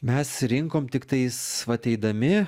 mes rinkom tiktais vat eidami